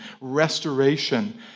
restoration